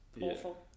awful